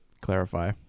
clarify